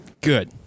Good